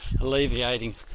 alleviating